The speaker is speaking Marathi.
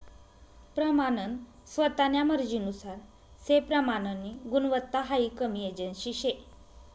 प्रमानन स्वतान्या मर्जीनुसार से प्रमाननी गुणवत्ता हाई हमी एजन्सी शे